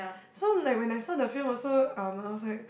so like when I saw the film also um I was like